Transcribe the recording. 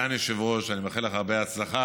אני מאחל לך הרבה הצלחה.